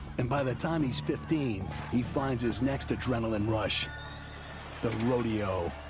and by the time he's fifteen, he finds his next adrenaline rush the rodeo.